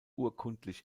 urkundlich